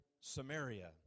Samaria